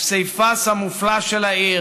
הפסיפס המופלא של העיר,